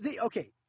okay